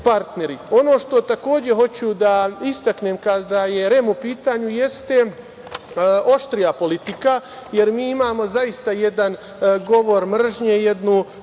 partneri. Ono što takođe hoću da istaknem kada je REM u pitanju, jeste oštrija politika, jer mi imamo zaista jedan govor mržnje i jednu